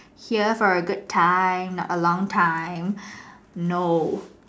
here for a good time a long time no